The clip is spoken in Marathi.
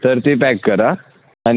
तर ते पॅक करा आणि